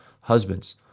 Husbands